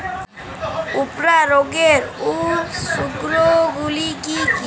উফরা রোগের উপসর্গগুলি কি কি?